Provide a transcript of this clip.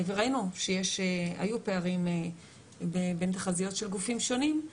וראינו שהיו פערים בין תחזיות של גופים שונים.